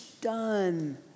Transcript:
done